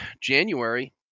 January